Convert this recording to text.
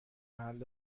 محل